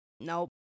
nope